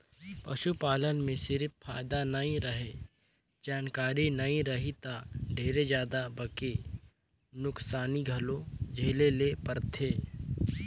पसू पालन में सिरिफ फायदा नइ रहें, जानकारी नइ रही त ढेरे जादा बके नुकसानी घलो झेले ले परथे